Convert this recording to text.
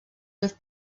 with